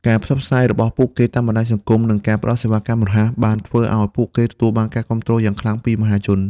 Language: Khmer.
ការផ្សព្វផ្សាយរបស់ពួកគេតាមបណ្ដាញសង្គម និងការផ្តល់សេវាកម្មរហ័ស បានធ្វើឱ្យពួកគេទទួលបានការគាំទ្រយ៉ាងខ្លាំងពីមហាជន។